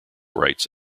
rights